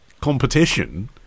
competition